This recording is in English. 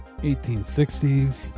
1860s